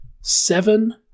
seven